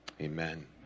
Amen